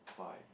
five